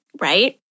right